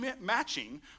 matching